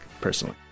personally